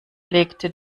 legte